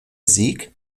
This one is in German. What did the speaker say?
sieg